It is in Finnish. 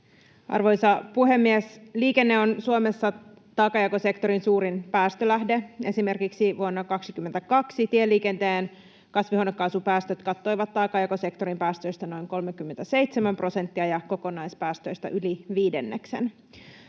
Arvoisa puhemies! Liikenne on Suomessa taakanjakosektorin suurin päästölähde. Esimerkiksi vuonna 22 tieliikenteen kasvihuonekaasupäästöt kattoivat taakanjakosektorin päästöistä noin 37 prosenttia ja kokonaispäästöistä yli viidenneksen.